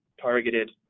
targeted